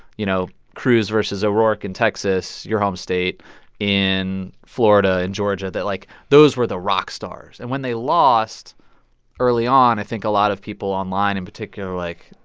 you know, cruz versus o'rourke in texas, your home state in florida, in georgia, that like those were the rock stars. and when they lost early on, i think a lot of people online in particular, like,